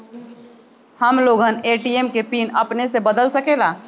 हम लोगन ए.टी.एम के पिन अपने से बदल सकेला?